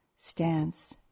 stance